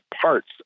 parts